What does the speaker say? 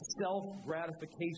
self-gratification